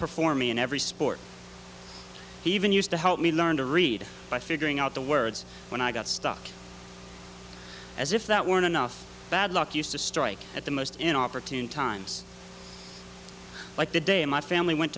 outperform me in every sport he even used to help me learn to read by figuring out the words when i got stuck as if that weren't enough bad luck used to strike at the most inopportune times like the day my family went